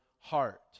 heart